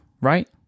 right